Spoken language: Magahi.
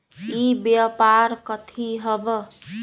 ई व्यापार कथी हव?